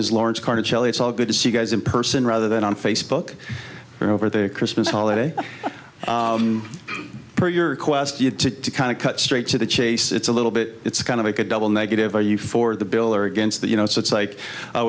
is lawrence carter shelley it's all good to see guys in person rather than on facebook and over the christmas holiday per your request you to kind of cut straight to the chase it's a little bit it's kind of like a double negative are you for the bill or against that you know it's like